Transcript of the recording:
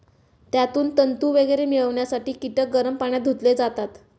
त्यातून तंतू वगैरे मिळवण्यासाठी कीटक गरम पाण्यात धुतले जातात